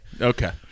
Okay